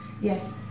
yes